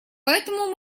поэтому